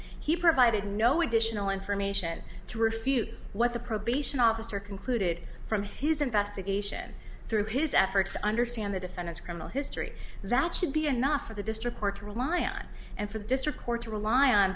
he provided no additional information to refute what the probation officer concluded from his investigation through his efforts to understand the defendant's criminal history that should be enough for the district court to rely on and for the district court to rely on